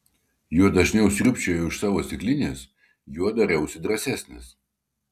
juo dažniau sriubčiojau iš savo stiklinės juo dariausi drąsesnis